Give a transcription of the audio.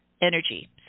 energy